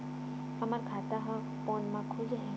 हमर खाता ह फोन मा खुल जाही?